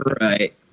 Right